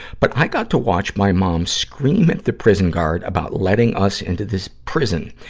but i got to watch my mom scream at the prison guard about letting us into this prison.